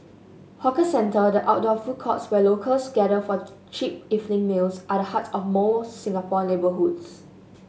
hawker centre the outdoor food courts where locals gather for cheap evening meals are the heart of most Singapore neighbourhoods